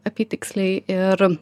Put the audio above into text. apytiksliai ir